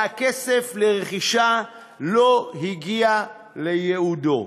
והכסף לרכישה לא הגיע לייעודו,